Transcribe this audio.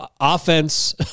Offense